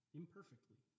imperfectly